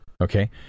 okay